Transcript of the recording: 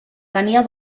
tenia